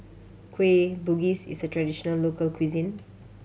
Kueh Bugis is a traditional local cuisine